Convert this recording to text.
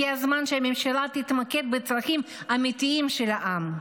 הגיע הזמן שהממשלה תתמקד בצרכים אמיתיים של העם.